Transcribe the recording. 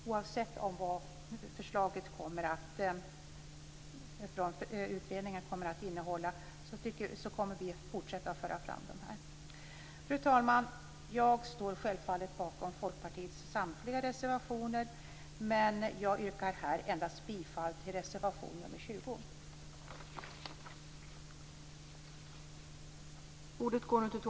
Oavsett vad förslaget från utredningen kommer att innehålla kommer vi att fortsätta att föra fram det här. Fru talman! Jag står självfallet bakom Folkpartiets samtliga reservationer, men jag yrkar här endast bifall till reservation 20.